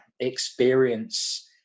experience